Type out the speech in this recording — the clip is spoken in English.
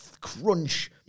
crunch